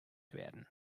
werden